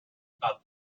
about